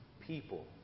people